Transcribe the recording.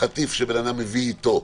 חטיף שבן אדם הביא אתו.